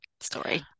story